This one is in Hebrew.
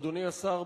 אדוני השר,